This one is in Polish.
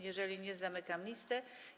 Jeżeli nie, zamykam listę.